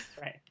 right